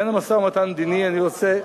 בעניין המשא-ומתן המדיני אני רוצה,